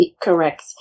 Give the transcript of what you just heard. Correct